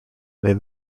they